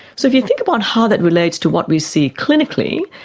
so if you think about how that relates to what we see clinically,